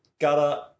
gutter